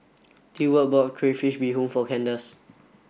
Deward bought Crayfish Beehoon for Candice